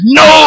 no